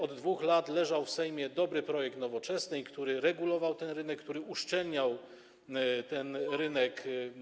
Od 2 lat leżał w Sejmie dobry projekt Nowoczesnej, który regulował ten rynek, który uszczelniał ten rynek.